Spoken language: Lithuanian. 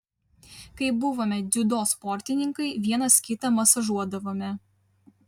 kai buvome dziudo sportininkai vienas kitą masažuodavome